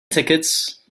tickets